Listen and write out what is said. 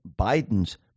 Biden's